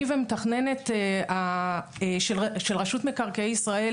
אני והמתכננת של רשות מקרקעי ישראל